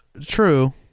True